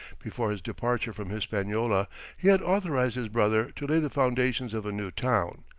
before his departure from hispaniola he had authorized his brother to lay the foundations of a new town.